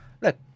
Look